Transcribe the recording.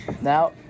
now